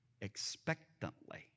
expectantly